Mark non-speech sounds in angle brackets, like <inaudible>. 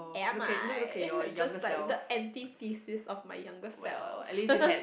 am I <laughs> I'm just like the anti thesis of my younger self <laughs>